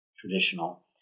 traditional